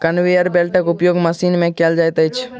conveyor बेल्टक उपयोग मशीन मे कयल जाइत अछि